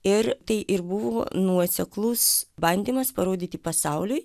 ir tai ir buvo nuoseklus bandymas parodyti pasauliui